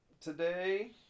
today